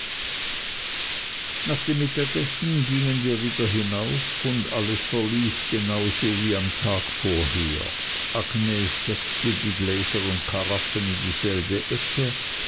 nach dem mittagessen gingen wir wieder hinauf und alles verlief genau so wie am tag vorher agnes setzte die gläser und karaffen in dieselbe ecke